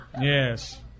Yes